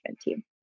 team